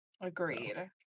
Agreed